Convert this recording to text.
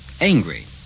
angry